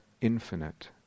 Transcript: infinite